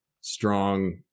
strong